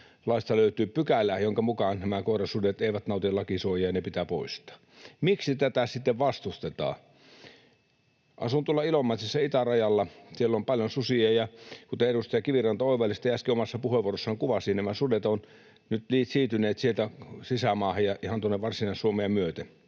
laeista löytyy pykälä, jonka mukaan koirasudet eivät nauti lakisuojaa ja ne pitää poistaa. Miksi tätä sitten vastustetaan? Asun tuolla Ilomantsissa itärajalla. Siellä on paljon susia, ja kuten edustaja Kiviranta oivallisesti äsken omassa puheenvuorossaan kuvasi, nämä sudet ovat nyt siirtyneet sieltä sisämaahan ja ihan Varsinais-Suomea myöten.